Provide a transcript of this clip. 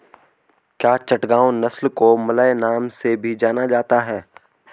क्या चटगांव नस्ल को मलय नाम से भी जाना जाता है?